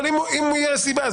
אבל אם תהיה לו סיבה,